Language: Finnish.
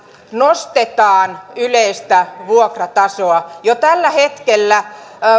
nostetaan yleistä vuokratasoa jo tällä hetkellä